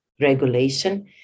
regulation